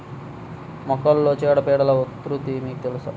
మొక్కలలో చీడపీడల ఉధృతి మీకు తెలుసా?